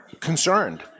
concerned